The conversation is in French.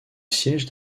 siège